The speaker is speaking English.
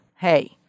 Hey